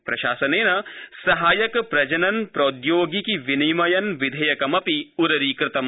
प्रशासनेन सहायक प्रजनन प्रौद्योगिक विनियमन विधेयकमपि उररीकृतमस्ति